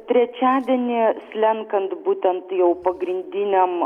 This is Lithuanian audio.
trečiadienį slenkant būtent jau pagrindiniam